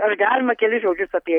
ar galima kelis žodžius apie